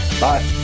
Bye